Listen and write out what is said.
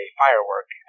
firework